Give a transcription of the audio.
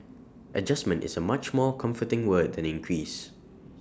adjustment is A much more comforting word than increase